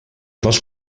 dels